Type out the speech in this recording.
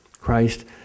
Christ